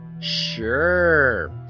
Sure